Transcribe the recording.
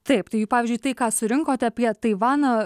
taip tai pavyzdžiui tai ką surinkot apie taivaną